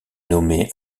nommé